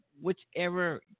whichever